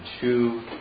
two